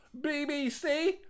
BBC